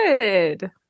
good